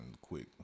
quick